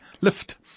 lift